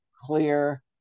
clear